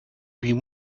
been